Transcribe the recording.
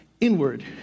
inward